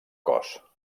cos